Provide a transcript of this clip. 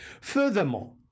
Furthermore